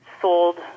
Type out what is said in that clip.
sold